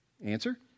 Answer